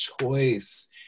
choice